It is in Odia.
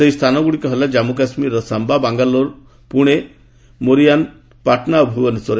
ସେହି ସ୍ଥାନଗୁଡ଼ିକ ହେଲା ଜାନ୍ଗୁ କାଶ୍ମୀର ଶାମ୍ଭା ବାଙ୍ଗାଲୋର ପୁନେ ମୋରିୟାନ୍ ପାଟନା ଓ ଭୁବନେଶ୍ୱର